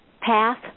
path